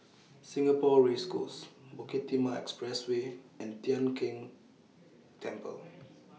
Singapore Race Course Bukit Timah Expressway and Tian Keng Temple